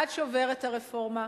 עד שעוברת הרפורמה,